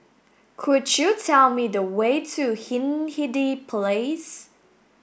could you tell me the way to Hindhede Place